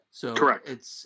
Correct